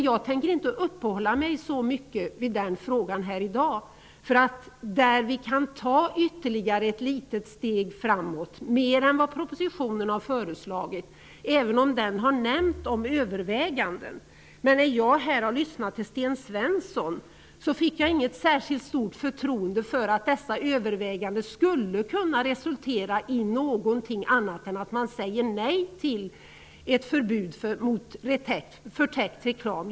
Jag tänker inte uppehålla mig så mycket vid den frågan här i dag, eftersom vi kan ta ytterligare ett litet steg framåt mer än vad propositionen föreslagit, även om den har nämnt om överväganden. Men när jag har lyssnat till Sten Svensson har jag inte fått något särskilt stort förtroende för att dessa överväganden skulle kunna resultera i någonting annat än att man säger nej till ett förbud mot förtäckt reklam.